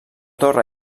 torre